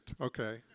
okay